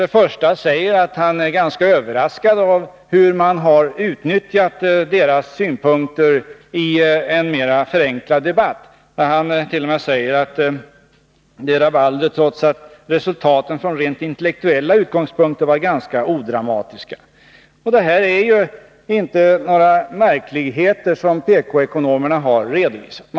Där säger han att han är ganska överraskad av hur man i en mer förenklad debatt har utnyttjat deras synpunkter. Han talar om att det blev rabalder trots att resultaten från rent intellektuella utgångspunkter var ganska odramatiska. PK-ekonomerna har inte redovisat några märkvärdigheter.